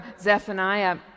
zephaniah